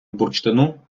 бурштину